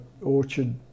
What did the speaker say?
orchard